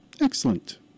Excellent